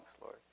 Lord